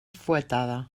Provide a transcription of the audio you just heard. fuetada